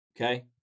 Okay